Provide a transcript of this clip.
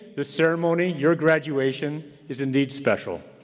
the ceremony, your graduation, is indeed special.